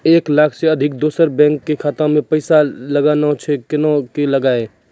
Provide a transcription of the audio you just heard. एक लाख से अधिक दोसर बैंक के खाता मे पैसा लगाना छै कोना के लगाए?